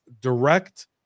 direct